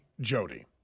Jody